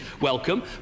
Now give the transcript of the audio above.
welcome